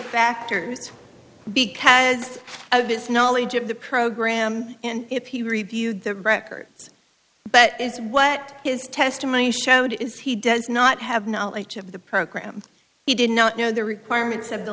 factors because of his knowledge of the program and if he reviewed the records but is what his testimony showed is he does not have knowledge of the program he did not know the requirements of the